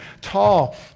tall